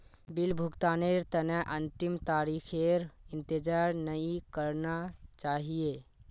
bill भुगतानेर तने अंतिम तारीखेर इंतजार नइ करना चाहिए